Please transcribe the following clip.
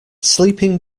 sleeping